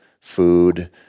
food